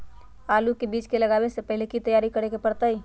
आलू के बीज के लगाबे से पहिले की की तैयारी करे के परतई?